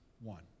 one